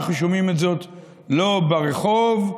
אנחנו שומעים זאת לא רק ברחוב,